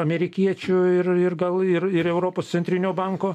amerikiečių ir ir gal ir ir europos centrinio banko